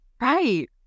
Right